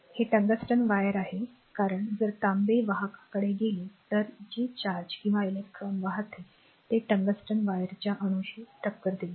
हे tungsten wire आहे कारण जर तांबे वाहकांकडे गेले तर जे चार्ज किंवा इलेक्ट्रॉन वाहते ते टंगस्टन वायरच्या अणूशी टक्कर देईल